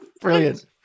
Brilliant